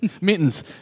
Mittens